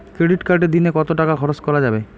Credit কার্ডে দিনে কত টাকা খরচ করা যাবে?